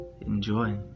Enjoy